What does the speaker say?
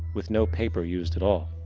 with no paper used at all.